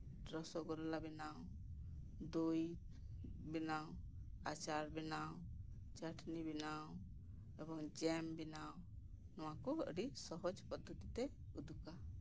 ᱨᱚᱥᱚᱜᱳᱞᱞᱟ ᱵᱮᱱᱟᱣ ᱫᱳᱭ ᱵᱮᱱᱟᱣ ᱟᱪᱟᱨ ᱵᱮᱱᱟᱣ ᱪᱟᱹᱴᱷᱱᱤ ᱵᱮᱱ ᱟᱣ ᱮᱵᱚᱝ ᱡᱮᱢ ᱵᱮᱱᱟᱣ ᱱᱚᱣᱟ ᱠᱚ ᱟᱹᱰᱤ ᱥᱚᱦᱚᱡ ᱯᱚᱫᱽᱫᱷᱚᱛᱤᱛᱮ ᱩᱫᱩᱜᱟ